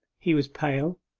he was pale,